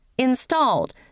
installed